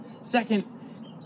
Second